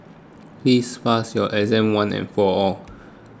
please pass your one and for all